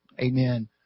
amen